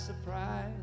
surprise